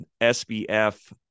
SBF